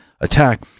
attack